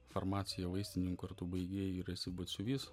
farmaciją vaistininko ar tu baigei ir esi batsiuvys